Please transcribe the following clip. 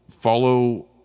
follow